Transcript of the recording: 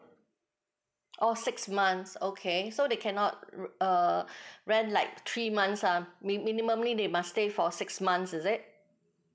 oh six months okay so they cannot re~ err rent like three months ah min~ minimumly they must stay for six months is it